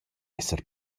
esser